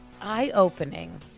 eye-opening